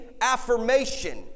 affirmation